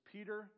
Peter